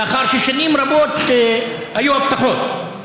לאחר ששנים רבות היו הבטחות.